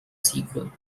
sequel